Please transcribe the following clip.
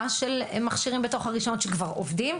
של מכשירים שכבר עובדים בתוך הרישיון,